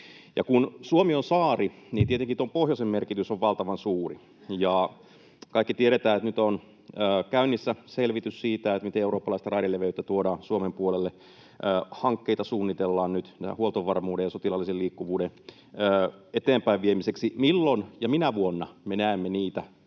kun Suomi on saari, niin tietenkin pohjoisen merkitys on valtavan suuri. Kun kaikki tiedetään, että nyt on käynnissä selvitys siitä, miten eurooppalaista raideleveyttä tuodaan Suomen puolelle, hankkeita suunnitellaan nyt huoltovarmuuden ja sotilaallisen liikkuvuuden eteenpäinviemiseksi, niin milloin ja minä vuonna me näemme niitä